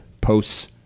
posts